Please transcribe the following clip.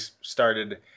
started